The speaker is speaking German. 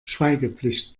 schweigepflicht